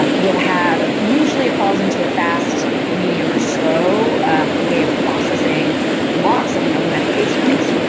um will have usually it falls into a fast medium or slow way of processing lots of known medications.